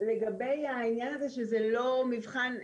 לגבי העניין הזה שזה לא מבחן.